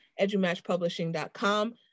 edumatchpublishing.com